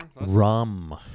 Rum